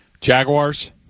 Jaguars